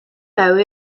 mower